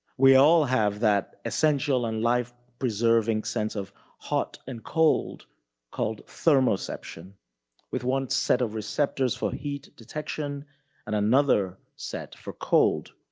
we all have that essential and life-preserving sense of hot and cold called thermoception with one set of receptors for heat detection and another set for cold.